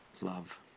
love